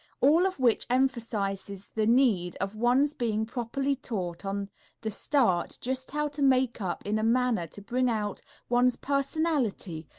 all of which emphasizes the need of one's being properly taught on the start just how to makeup in a manner to bring out one's personality,